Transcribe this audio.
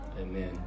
Amen